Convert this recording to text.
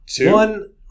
One